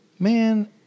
man